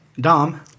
Dom